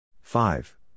Five